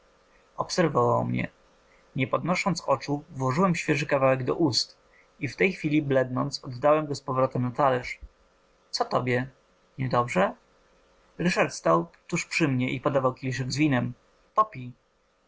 obserwował mnie nie podnosząc oczu włożyłem świeży kawałek do ust i w tej chwili blednąc oddałem go z powrotem na talerz co tobie niedobrze ryszard stał tuż przy mnie i podawał kieliszek z winem popij